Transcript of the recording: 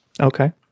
Okay